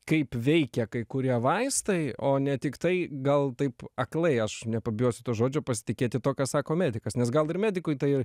kaip veikia kai kurie vaistai o ne tiktai gal taip aklai aš nepabijosiu to žodžio pasitikėti tuo ką sako medikas nes gal ir medikui tai